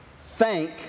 Thank